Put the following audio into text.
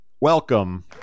welcome